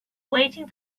waiting